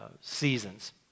seasons